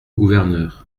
gouverneur